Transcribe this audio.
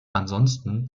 ansonsten